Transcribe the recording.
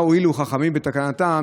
ומה הועילו חכמים בתקנתם?